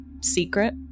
Secret